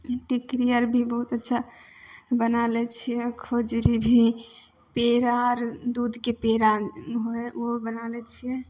टिकरी आर भी बहुत अच्छा बना लै छिए खजुरी भी पेड़ा आर दूधके पेड़ा होइ ओहो बना लै छिए